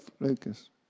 Lucas